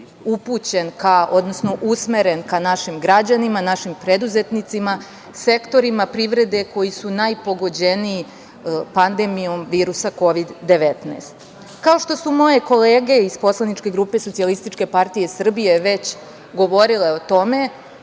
upućen, odnosno usmeren ka našim građanima, našim preduzetnicima, sektorima privrede koji su najpogođeniji pandemijom virusa Kovid 19. Kao što su moje kolege iz poslaničke grupe SPS već govorile o tome,